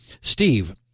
Steve